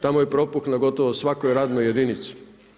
Tamo je propuh na gotovo svakoj radnoj jedinici.